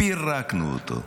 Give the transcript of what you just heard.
פירקנו אותו.